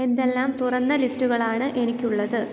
എന്തെല്ലാം തുറന്ന ലിസ്റ്റുകളാണ് എനിക്കുള്ളത്